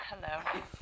hello